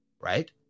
right